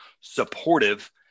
supportive